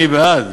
אני בעד,